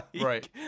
Right